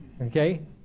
Okay